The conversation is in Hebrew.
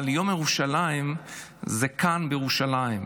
אבל יום ירושלים זה כאן, בירושלים.